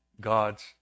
God's